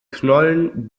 knollen